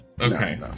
Okay